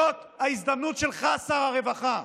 זאת ההזדמנות שלך, שר הרווחה.